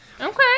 Okay